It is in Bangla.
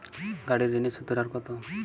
গাড়ির ঋণের সুদের হার কতো?